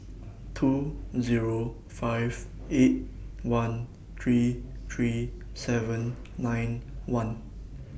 two Zero five eight one three three seven nine one